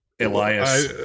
Elias